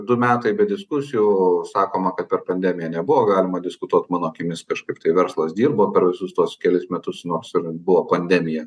du metai be diskusijų sakoma kad per pandemiją nebuvo galima diskutuoti mano akimis kažkaip tai verslas dirbo per visus tuos kelis metus nors ir buvo pandemija